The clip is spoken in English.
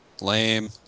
Lame